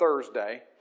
Thursday